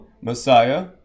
Messiah